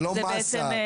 זה לא מסה,